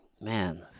Man